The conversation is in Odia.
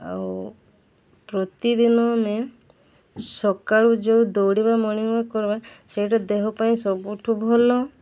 ଆଉ ପ୍ରତିଦିନ ଆମେ ସକାଳୁ ଯୋଉ ଦୌଡ଼ିବା ମର୍ଣ୍ଣନିଂ ୱାକ୍ କରିବା ସେଇଟା ଦେହ ପାଇଁ ସବୁଠୁ ଭଲ